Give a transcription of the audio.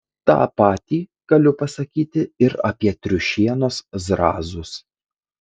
tą patį galiu pasakyti ir apie triušienos zrazus